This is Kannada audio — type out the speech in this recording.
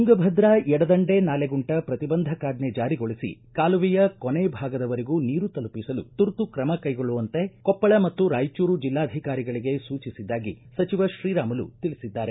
ತುಂಗಭದ್ರಾ ಎಡದಂಡೆ ನಾಲೆಗುಂಟ ಪ್ರತಿಬಂಧಕಾಜ್ಞೆ ಜಾರಿಗೊಳಿಸಿ ಕಾಲುವೆಯ ಕೊನೆ ಭಾಗದ ವರೆಗೂ ನೀರು ತಲುಪಿಸಲು ತುರ್ತು ಕೈಗೊಳ್ಳುವಂತೆ ಕೊಪ್ಪಳ ಮತ್ತು ರಾಯಚೂರು ಜಿಲ್ಲಾಧಿಕಾರಿಗಳಿಗೆ ಸೂಚಿಸಿದ್ದಾಗಿ ಸಚಿವ ಶ್ರೀರಾಮುಲು ತಿಳಿಸಿದ್ದಾರೆ